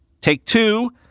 Take-Two